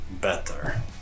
better